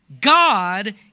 God